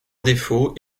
défaut